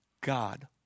God